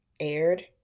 aired